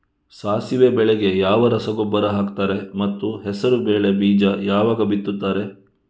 ಸಾಸಿವೆ ಬೆಳೆಗೆ ಯಾವ ರಸಗೊಬ್ಬರ ಹಾಕ್ತಾರೆ ಮತ್ತು ಹೆಸರುಬೇಳೆ ಬೀಜ ಯಾವಾಗ ಬಿತ್ತುತ್ತಾರೆ?